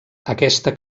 aquesta